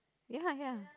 ya ya